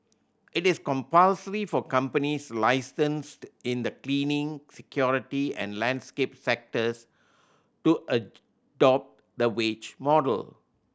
it is compulsory for companies licensed in the cleaning security and landscape sectors to adopt the wage model